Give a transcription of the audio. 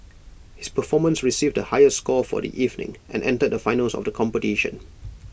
his performance received the highest score for the evening and entered the finals of the competition